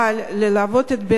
אבל ללוות את האדם,